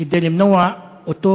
כדי למנוע אותו,